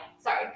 Sorry